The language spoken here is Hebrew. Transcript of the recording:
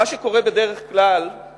מה שקורה בדרך כלל זה